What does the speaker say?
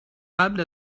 قبل